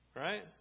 right